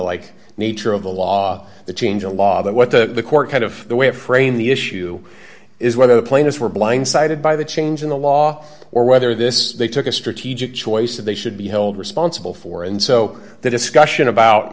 like nature of the law the change a law that what the court kind of the way it framed the issue is whether the plaintiffs were blindsided by the change in the law or whether this they took a strategic choice that they should be held responsible for and so the discussion about